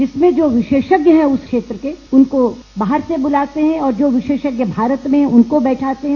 इसमें जो विशेषज्ञ है उस क्षेत्र के उनको बाहर से बुलाते है और जो विशेषज्ञ भारत में हैं उनको बैठाते है